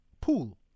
pool